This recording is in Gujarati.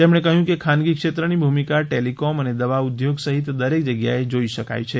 તેમણે કહ્યું કે ખાનગી ક્ષેત્રની ભૂમિકા ટેલિક્રોમ અને દવા ઉદ્યોગ સહિત દરેક જગ્યાએ જોઇ શકાય છે